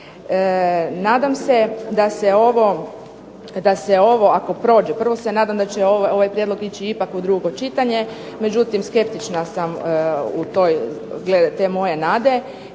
Nadam se da se ovo ako prođe, prvo se nadam da će ovaj prijedlog ići ipak u drugo čitanje. Međutim, skeptična sam glede te moje nade